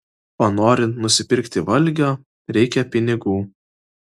o norint nusipirkti valgio reikia pinigų